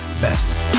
best